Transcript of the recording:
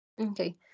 Okay